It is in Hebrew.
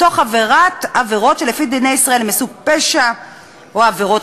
תוך עבירת עבירות שלפי דיני ישראל הן מסוג פשע או עבירות